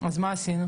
אז מה עשינו?